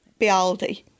Bialdi